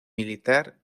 militar